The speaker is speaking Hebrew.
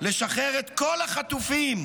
לשחרר את כל החטופים,